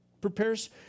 prepares